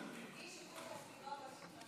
כאשר הגשתי את ההצעה הדחופה הזאת,